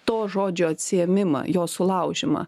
to žodžio atsiėmimą jo sulaužymą